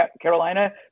carolina